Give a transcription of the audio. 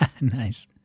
Nice